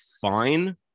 fine